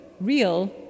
real